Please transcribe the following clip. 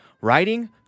writing